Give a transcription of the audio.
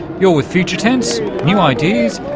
you're with future tense, new ideas,